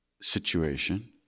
situation